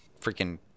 freaking